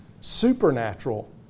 supernatural